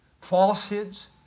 falsehoods